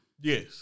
Yes